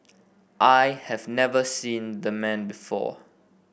I have never seen the man before